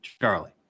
Charlie